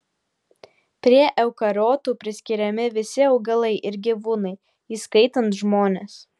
prie eukariotų priskiriami visi augalai ir gyvūnai įskaitant žmones